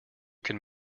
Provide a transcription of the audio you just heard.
can